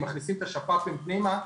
מכניסים את השפפ"ים פנימה,